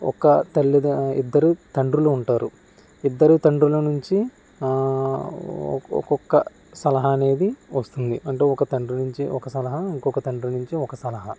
ఒక తల్లిగా ఇద్దరు తండ్రులు ఉంటారు ఇద్దరు తండ్రుల నుంచి ఒక్కొక్క సలహా అనేది వస్తుంది అంటే ఒక తండ్రి నుంచి ఒక సలహా ఇంకో తండ్రి నుంచి ఒక సలహా